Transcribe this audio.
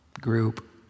group